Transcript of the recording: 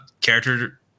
character